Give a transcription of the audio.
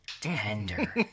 Tender